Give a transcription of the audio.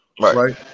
Right